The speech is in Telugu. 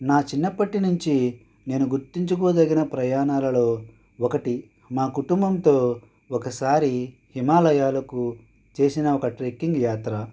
నా చిన్నప్పటి నుంచి నేను గుర్తుంచుకోదగిన ప్రయాణాలలో ఒకటి మా కుటుంబంతో ఒకసారి హిమాలయాలకు చేసిన ఒక ట్రెక్కింగ్ యాత్ర